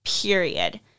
period